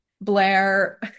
Blair